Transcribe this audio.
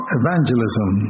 evangelism